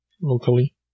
locally